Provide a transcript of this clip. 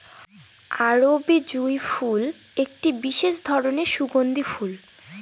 আরবি জুঁই ফুল একটি বিশেষ ধরনের সুগন্ধি ফুল